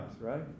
right